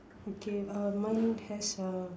okay uh mine has a